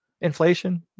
inflation